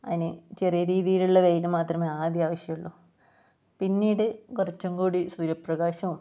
അതിന് ചെറിയ രീതിയിലുള്ള വെയിൽ മാത്രമേ ആദ്യം ആവശ്യമുള്ളൂ പിന്നീട് കുറച്ചും കൂടി സൂര്യപ്രകാശവും